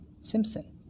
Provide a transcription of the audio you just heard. Simpson